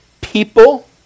People